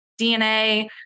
DNA